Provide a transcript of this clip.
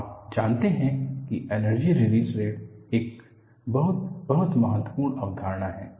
आप जानते है की एनर्जी रिलीज रेट एक बहुत बहुत महत्वपूर्ण अवधारणा है